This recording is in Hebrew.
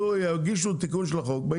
יגישו תיקון של החוק בעניין הזה.